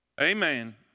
Amen